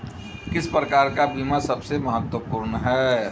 किस प्रकार का बीमा सबसे महत्वपूर्ण है?